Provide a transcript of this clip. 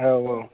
औ औ